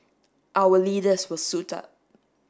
our leaders will suit up